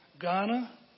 Ghana